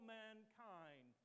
mankind